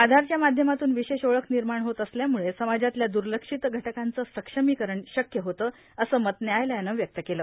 आधारच्या माध्यमातून विशेष ओळ्ख निर्माण होत असल्यामुळं समाजातल्या दुर्लक्षित घटकांचं सक्षमीकरण शक्य होतं असं मत व्यायालयानं व्यक्त केलं